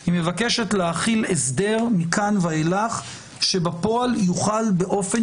היא מבקשת להחיל הסדר מכאן ואילך כשבפועל הוא יוחל באופן